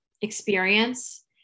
experience